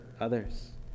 others